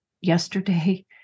yesterday